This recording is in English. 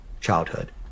childhood